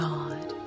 God